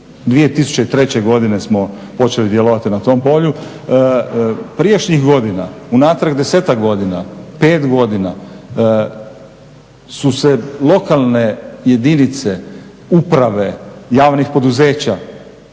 2003.godine smo počeli djelovati na tom polju. Prijašnjih godina, unatrag desetak godina, pet godina su se lokalne jedinice uprave javnih poduzeća